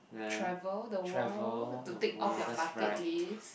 travel the world to tick off your bucket list